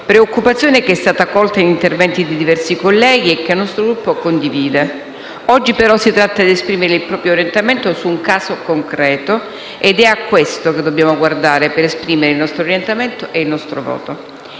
Preoccupazione che è stata colta in interventi di diversi colleghi e che il nostro Gruppo condivide. Oggi però si tratta di esprimere il proprio orientamento su un caso concreto ed è a questo che dobbiamo guardare per esprimere il nostro orientamento e il nostro voto.